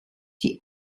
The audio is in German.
die